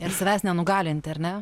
ir savęs nenugalinti ar ne